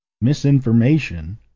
misinformation